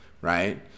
right